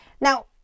Now